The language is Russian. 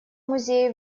музее